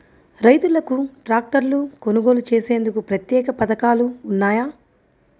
రైతులకు ట్రాక్టర్లు కొనుగోలు చేసేందుకు ప్రత్యేక పథకాలు ఉన్నాయా?